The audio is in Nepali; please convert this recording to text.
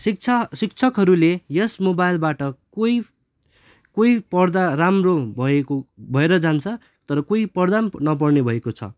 शिक्षा शिक्षकहरूले यस मोबाइलबाट कोही कोही पढ्दा राम्रो भएको भएर जान्छ तर कोही पढ्दा पनि नपढ्ने भएको छ